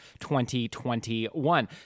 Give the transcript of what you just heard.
2021